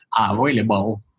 available